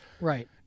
Right